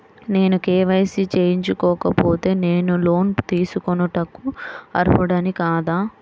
నేను కే.వై.సి చేయించుకోకపోతే నేను లోన్ తీసుకొనుటకు అర్హుడని కాదా?